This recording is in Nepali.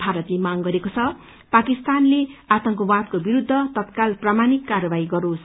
भारतले मांग गरेको छ पाकिस्तानले आतंकवादको विरूद्व तत्काल प्रमाणिक कार्यवाही गरोस्